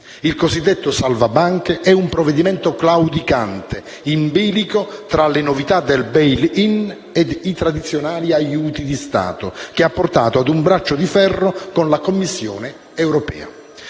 Il salva banche è un provvedimento claudicante, in bilico tra le novità del *bail in* e i tradizionali aiuti di Stato, che ha portato a un braccio di ferro con la Commissione europea.